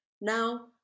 Now